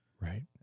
right